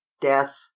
death